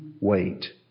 wait